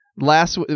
last